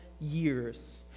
years